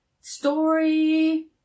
story